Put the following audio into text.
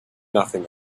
nothing